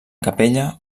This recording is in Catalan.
capella